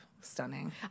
stunning